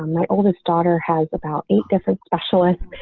my oldest daughter has about eight different specialists.